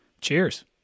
Cheers